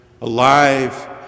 alive